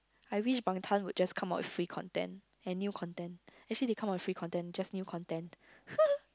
I wish bangtan would just come up with free content and new content actually they come up with free content just new content